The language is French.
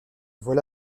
voilà